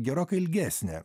gerokai ilgesnė